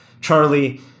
Charlie